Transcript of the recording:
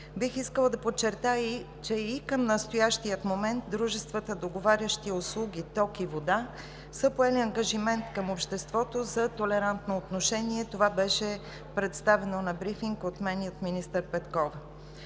Бих искала да подчертая, че и към настоящия момент дружествата, договарящи услуги, ток и вода, са поели ангажимент към обществото за толерантно отношение – това беше представено на брифинг от мен и от министър Петкова.